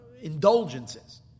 indulgences